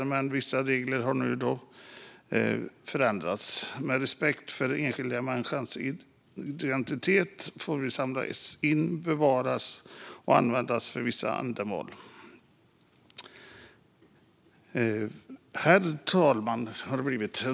Det handlar om att reglera hur identifierbart, humanbiologiskt material, med respekt för den enskilda människans integritet, ska få samlas in, bevaras och användas för vissa ändamål. Herr talman!